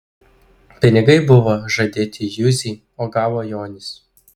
pinigai buvo žadėti juzei o gavo jonis